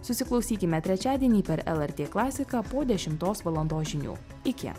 susiklausykime trečiadienį per lrt klasiką po dešimtos valandos žinių iki